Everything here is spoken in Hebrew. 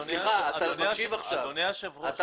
אדוני היושב-ראש --- סליחה,